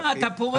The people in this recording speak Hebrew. אתה פורש.